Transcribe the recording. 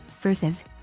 versus